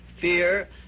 fear